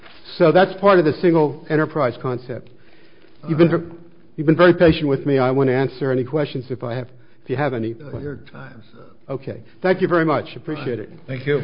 so that's part of the single enterprise concept you've been you've been very patient with me i want to answer any questions if i have if you have any ok thank you very much appreciate it thank you